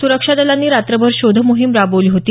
सुरक्षा दलांनी रात्रभर शोध मोहिम राबवली होती